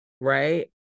right